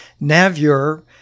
Navier